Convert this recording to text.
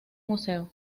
museo